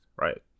right